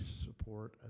support